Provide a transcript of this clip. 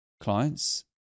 clients